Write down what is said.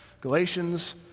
Galatians